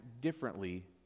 differently